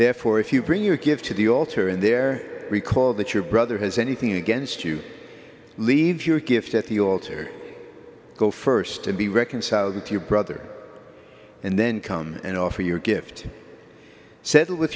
therefore if you bring your gift to the altar and there recall that your brother has anything against you leave your gift at the altar go st to be reconciled with your brother and then come and offer your gift to settle w